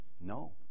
No